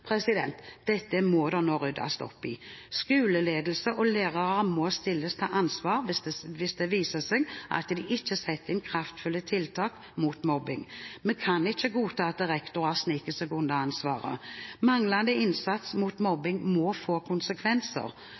Dette må det nå ryddes opp i. Skoleledelse og lærere må stilles til ansvar hvis det viser seg at de ikke setter inn kraftfulle tiltak mot mobbing. Vi kan ikke godta at rektorer sniker seg unna ansvaret. Manglende innsats mot mobbing må få konsekvenser.